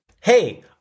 Hey